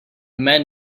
man